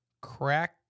crack